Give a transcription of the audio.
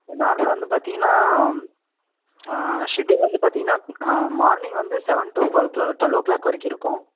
நார்மலாக வந்து பார்த்தீங்கன்னா ஷெட்யூல் வந்து பார்த்தீங்கன்னா மார்னிங் வந்து செவன் டு ட்வெல் க்ளோ ட்வெல்லோ க்ளாக் வரைக்கும் இருக்கும்